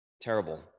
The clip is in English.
terrible